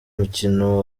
mukino